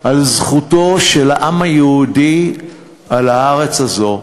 זכותו של העם היהודי על הארץ הזאת,